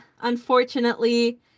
Unfortunately